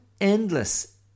endless